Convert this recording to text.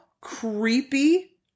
creepy